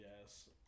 yes